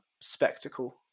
spectacle